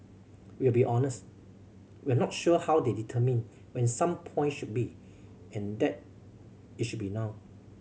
we'll be honest we're not sure how they determined when some point should be and that it should be now